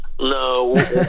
No